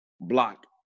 block